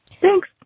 Thanks